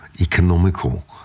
economical